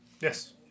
Yes